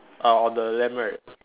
uh on the lamp right